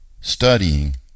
studying